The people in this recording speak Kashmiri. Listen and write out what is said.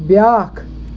بیٛاکھ